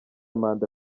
manda